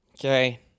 Okay